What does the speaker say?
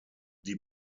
die